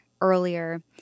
earlier